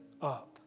up